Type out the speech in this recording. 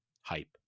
hype